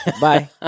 Bye